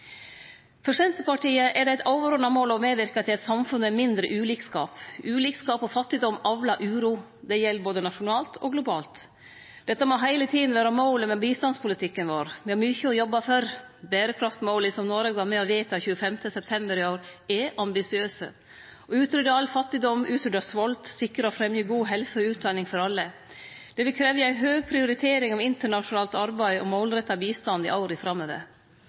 For Senterpartiet er det eit overordna mål å medverke til eit samfunn med mindre ulikskap. Ulikskap og fattigdom avlar uro. Det gjeld både nasjonalt og globalt. Dette må heile tida vere målet med bistandspolitikken vår. Me har mykje å jobbe for. Berekraftsmåla som Noreg var med på å vedta 25. september i år, er ambisiøse: å utrydde all fattigdom, utrydde svolt, sikre og fremje god helse og utdanning for alle. Det vil krevje ei høg prioritering av internasjonalt arbeid og målretta bistand i åra framover.